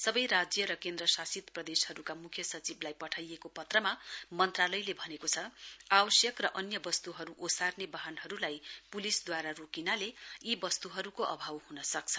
सवै राज्य र केन्द्रशासित प्रदेशहरुका मुख्य सचिवलाई पठाइएको पत्रमा मन्त्रालयले भनेको छ आवश्यक र अन्य वस्तुहरु ओर्साने वाहनहरुलाई पुलिसद्वारा रोकिनाले यी वस्तुहरुको अभाव हुन सक्छ